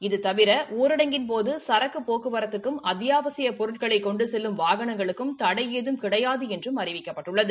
இந்த தீவிர ஊரடங்கின்போது சரக்கு போக்குவரத்துக்கும் அத்தியாவசியயப் பொருட்களை கொண்டு செல்லும் வாகனங்களுக்கும் தடையேதும் கிடையாது என்றும் அறிவிக்கப்பட்டுள்ளது